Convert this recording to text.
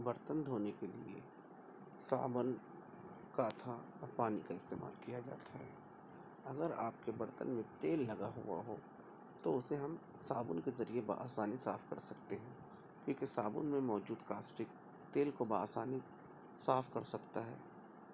برتن دھونے کے لیے صابن کاتھا اور پانی کا استعمال کیا جاتا ہے اگر آپ کے برتن میں تیل لگا ہوا ہو تو اسے ہم صابن کے ذریعے با آسانی صاف کر سکتے ہیں کیونکہ صابن میں موجود کاسٹک تیل کو با آسانی صاف کر سکتا ہے